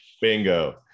Bingo